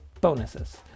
bonuses